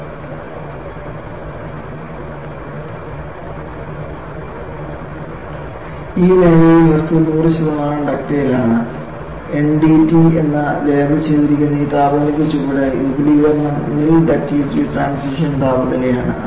ഈ മേഖലയിൽ വസ്തു 100 ശതമാനം ഡക്റ്റൈൽ ആണ് എൻഡിടി എന്ന് ലേബൽ ചെയ്തിരിക്കുന്ന ഈ താപനിലയ്ക്ക് ചുവടെ വിപുലീകരണം നിൽ ഡക്റ്റിലിറ്റി ട്രാൻസിഷൻ താപനിലയാണ്